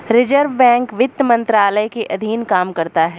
reserve Bank वित्त मंत्रालय के अधीन काम करता है